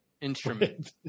instrument